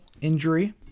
injury